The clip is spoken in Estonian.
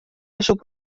asub